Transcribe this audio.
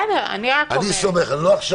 בסדר, אני רק אומרת.